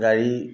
গাড়ী